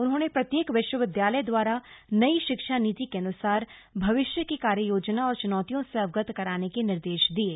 उन्होंने प्रत्येक विश्वविद्यालय द्वारा नई शिक्षा नीति के अनुसार भविष्य की कार्ययोजना और च्नौतियों से अवगत कराने के निर्देश दिये